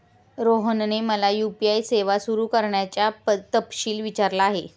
रोहनने मला यू.पी.आय सेवा सुरू करण्याचा तपशील विचारला